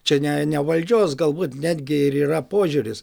čia ne ne valdžios galbūt netgi ir yra požiūris